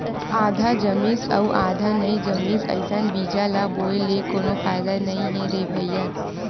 आधा जामिस अउ आधा नइ जामिस अइसन बीजा ल बोए ले कोनो फायदा नइ हे न भईर